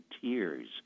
tears